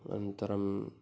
अनन्तरम्